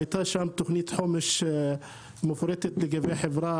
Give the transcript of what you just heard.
והייתה שם תוכנית חומש מפורטת לגבי החברה